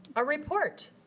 a report.